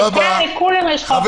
כשקל, לכולם יש חופש ביטוי.